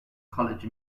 college